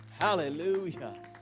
Hallelujah